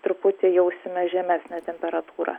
truputį jausime žemesnę temperatūrą